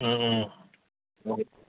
ꯎꯝ ꯎꯝ